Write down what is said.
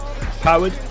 powered